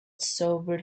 sobered